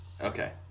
Okay